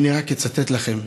ואני רק אצטט לכם.